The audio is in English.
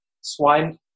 swine